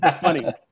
funny